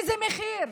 איזה מחיר?